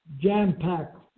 jam-packed